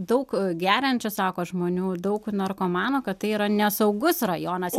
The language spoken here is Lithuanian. daug geriančių sako žmonių daug narkomanų kad tai yra nesaugus rajonas